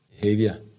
behavior